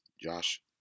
Josh